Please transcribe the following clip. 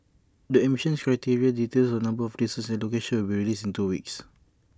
the admission criteria details on number of places and locations will be released in two weeks